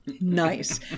Nice